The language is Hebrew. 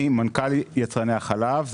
אני מנכ"ל יצרני החלב.